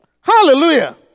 Hallelujah